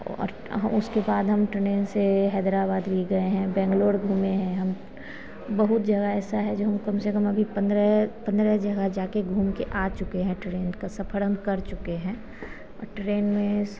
और हाँ उसके बाद हम ट्रेन से हैदराबाद भी गए हैं बेंगलोर घूमे हैं हम बहुत जगह ऐसी है जो हम कम से कम अभी पन्द्रह पन्द्रह जगह जाकर घूमकर आ चुके हैं ट्रेन का सफ़र हम कर चुके हैं और ट्रेन में